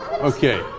Okay